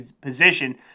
position